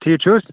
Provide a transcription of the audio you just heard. ٹھیٖک چھُو حظ